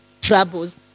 troubles